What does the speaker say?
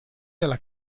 della